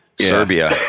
Serbia